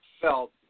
felt